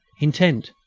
intent,